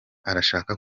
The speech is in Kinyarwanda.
arashaka